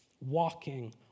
walking